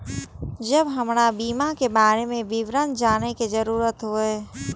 जब हमरा बीमा के बारे में विवरण जाने के जरूरत हुए?